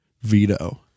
Veto